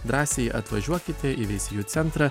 drąsiai atvažiuokite į veisiejų centrą